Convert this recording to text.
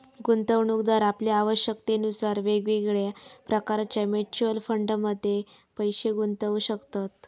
गुंतवणूकदार आपल्या आवश्यकतेनुसार वेगवेगळ्या प्रकारच्या म्युच्युअल फंडमध्ये पैशे गुंतवू शकतत